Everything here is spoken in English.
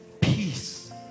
Peace